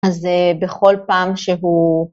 אז בכל פעם שהוא...